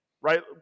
Right